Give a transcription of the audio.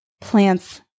plants